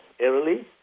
early